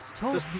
Talk